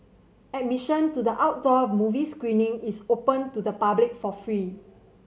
admission to the outdoor movie screening is open to the public for free